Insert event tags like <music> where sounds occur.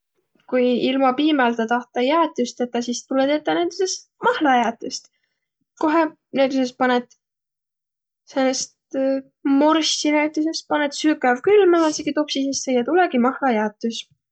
Ku ilma piimäldä tahta jäätüst tetäq, sis tulõ tetäq näütüses mahlajäätüst, kohe panõt <hesitation> säänest morssi näütüses. Panõt sükävkülmä määntsegi topsi sisse ja tulõgi mahlajäätüs.